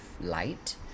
light